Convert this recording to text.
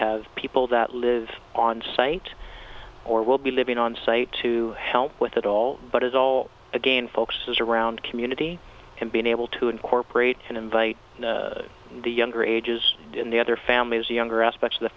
have people that live on site or will be living on site to help with it all but it all again folks is around community and being able to incorporate and invite the younger ages in the other families younger aspects of the